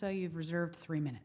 so you've reserved three minutes